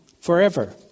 forever